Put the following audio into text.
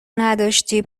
نداشتی